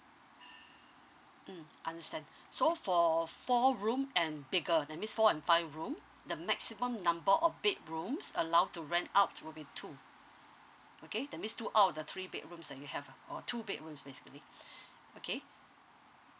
mm understand so for four room and bigger that means four and five room the maximum number of bedrooms allowed to rent out will be two okay that means two out of the three bedrooms uh you have ah or two bedrooms basically okay